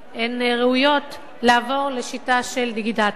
ראויים לעבור לשיטה של דיגיטציה.